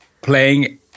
playing